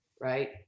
right